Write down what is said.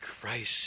Christ